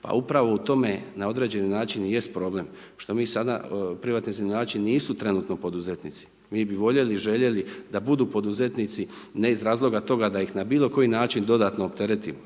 pa upravo u tome na određeni način i jest problem što mi sada privatni iznajmljivači nisu trenutno poduzetnici. Mi bi voljeli, željeli da budu poduzetnici ne iz razloga toga da ih bilo koji način dodatno opteretimo,